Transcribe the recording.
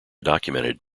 documented